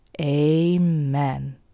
Amen